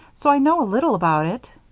so i know a little about it.